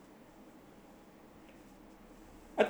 I think it's fine to not study now sia